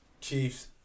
Chiefs